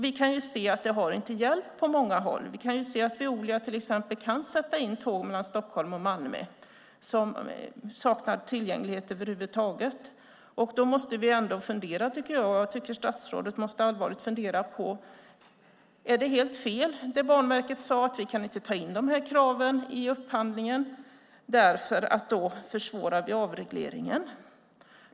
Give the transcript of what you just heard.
Vi kan se att Veolia till exempel kan sätta in tåg mellan Stockholm och Malmö som saknar tillgänglighet över huvud taget. Då tycker jag att statsrådet allvarligt måste fundera på: Är det helt fel som Banverket sade, att man inte kan ta in de här kraven i upphandlingen därför att man då försvårar avregleringen?